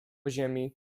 ziemi